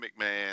McMahon